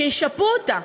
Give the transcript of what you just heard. שישפו אותה.